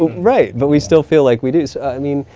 right, but we still feel like we do. so i mean,